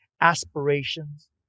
aspirations